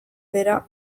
bera